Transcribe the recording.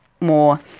more